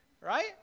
right